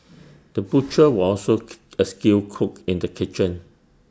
the butcher was also A skilled cook in the kitchen